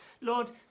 Lord